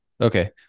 okay